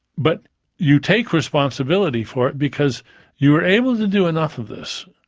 but you take responsibility for it, because you were able to do enough of this,